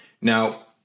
Now